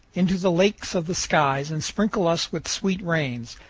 into the lakes of the skies and sprinkle us with sweet rains,